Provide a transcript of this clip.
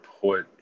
put